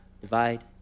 divide